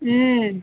ம்